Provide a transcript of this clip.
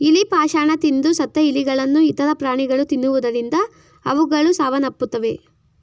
ಇಲಿ ಪಾಷಾಣ ತಿಂದು ಸತ್ತ ಇಲಿಗಳನ್ನು ಇತರ ಪ್ರಾಣಿಗಳು ತಿನ್ನುವುದರಿಂದ ಅವುಗಳು ಸಾವನ್ನಪ್ಪುತ್ತವೆ